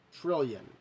trillion